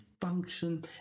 function